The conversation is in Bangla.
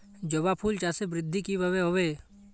জবা ফুল চাষে বৃদ্ধি কিভাবে হবে?